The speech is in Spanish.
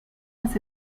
las